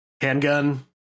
Handgun